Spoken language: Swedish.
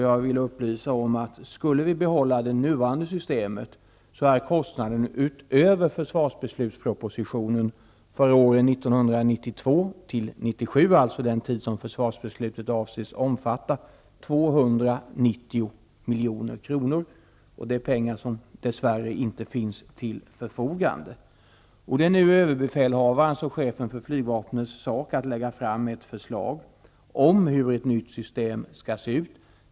Jag vill upplysa om att kostnaden för att behålla det nuvaranda systemet skulle bli 290 milj.kr., utöver kostnaderna för försvarsbeslutspropositionen för åren 1992--1997, alltså den tid som försvarsbeslutet avser omfatta. Det är pengar som dess värre inte finns till förfogande. Det är nu överbefälhavarens och chefens för flygvapnet sak att lägga fram ett förslag om hur ett nytt system skall se ut.